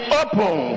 open